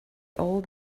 old